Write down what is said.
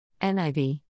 NIV